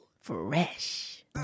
Fresh